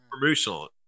promotional